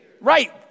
Right